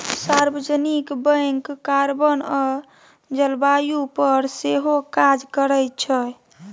सार्वजनिक bank carbon आ जलबायु पर सेहो काज करै छै